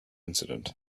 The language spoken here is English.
incident